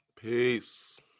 Peace